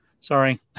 Sorry